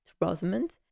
Rosamond